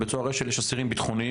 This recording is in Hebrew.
בבית סוהר אשל יש אסירים ביטחוניים,